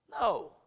No